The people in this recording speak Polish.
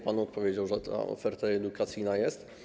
Pan odpowiedział, że oferta edukacyjna jest.